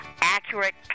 accurate